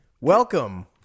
Welcome